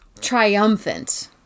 triumphant